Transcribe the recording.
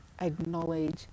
acknowledge